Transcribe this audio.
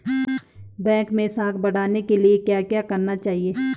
Bank मैं साख बढ़ाने के लिए क्या क्या करना चाहिए?